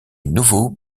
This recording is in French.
nouveau